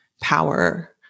power